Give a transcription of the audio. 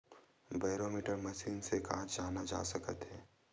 Barometer machine से का जाना जा सकत हे?